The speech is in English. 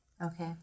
Okay